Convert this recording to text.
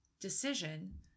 decision